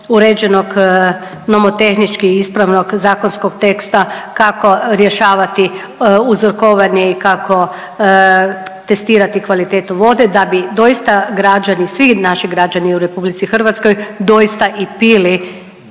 uređenog nomotehnički ispravnog zakonskog teksta kako rješavati uzorkovanje i kako testirati kvalitetu vode da bi doista građani, svi naši građani u Republici Hrvatskoj doista i pili